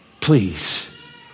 Please